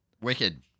Wicked